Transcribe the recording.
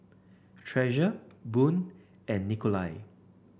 Treasure Boone and Nikolai